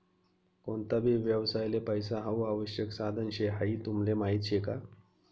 कोणता भी व्यवसायले पैसा हाऊ आवश्यक साधन शे हाई तुमले माहीत शे का?